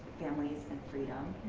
families and freedom.